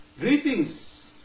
greetings